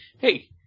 hey